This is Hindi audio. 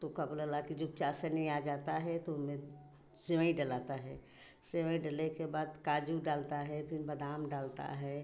तो का बोला ला कि जब चाशनी आ जाता है तो ओमे सेवईं डलाता है सेवईं डले के बाद काजू डलता है फिन बादाम डलता है